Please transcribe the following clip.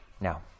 Now